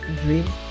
dream